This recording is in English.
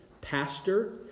pastor